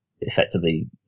effectively